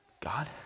God